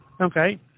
okay